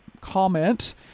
comment